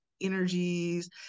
energies